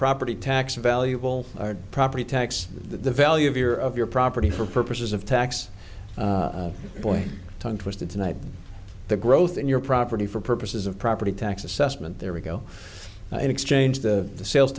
property tax valuable property tax the value of your of your property for purposes of tax point tongue twisting tonight the growth in your property for purposes of property tax assessment there we go in exchange the the sales